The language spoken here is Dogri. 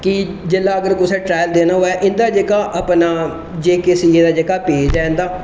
कि जेहले अगर कुसै ट्राइल देना होऐ जेह्का अपना जेकेसीसी दा जेह्का पेज ऐ इंदा